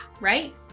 right